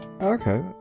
Okay